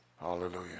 Hallelujah